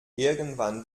irgendwann